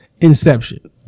inception